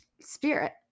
spirit